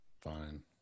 Fine